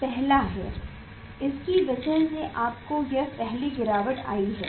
यह पहला है इसकी वजह से आपको यह पहली गिरावट आई है